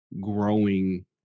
growing